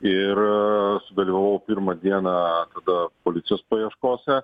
ir sudalyvavau pirmą dieną tad policijos paieškose